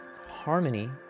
harmony